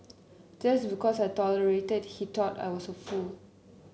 just because I tolerated he thought I was a fool